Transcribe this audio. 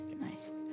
Nice